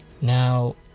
Now